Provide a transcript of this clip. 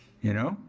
you know?